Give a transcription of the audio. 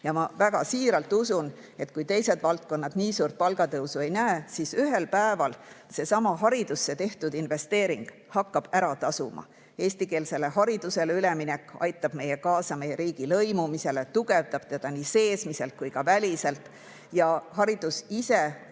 teha. Ma siiralt usun, et kui teised valdkonnad nii suurt palgatõusu ka ei näe, siis ühel päeval seesama haridusse tehtud investeering hakkab siiski ära tasuma. Eestikeelsele haridusele üleminek aitab kaasa meie riigi lõimumisele, tugevdab teda nii seesmiselt kui ka väliselt ning haridus ise ja iga